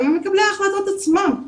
אלא ממקבלי ההחלטות עצמם.